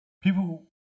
people